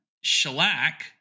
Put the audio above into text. Shellac